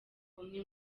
umwe